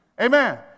Amen